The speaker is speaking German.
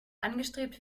angestrebt